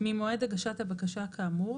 פסקה (2)